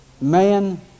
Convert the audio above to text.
man